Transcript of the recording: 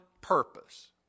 purpose